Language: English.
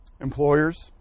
Employers